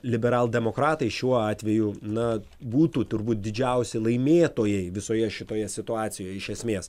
liberaldemokratai šiuo atveju na būtų turbūt didžiausi laimėtojai visoje šitoje situacijoje iš esmės